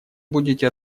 будете